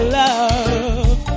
love